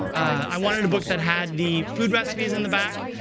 i wanted a book that had the food recipes in the back,